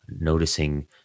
noticing